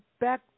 back